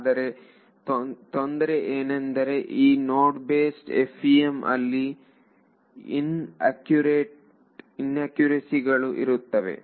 ಆದರೆ ತೊಂದರೆ ಎಂದರೆ ಈ ನೋಡ್ ಬೇಸ್ಡ್ FEM ಅಲ್ಲಿ ಇನ್ಅಕ್ಯುರೇಸಿಗಳು ಇವೆ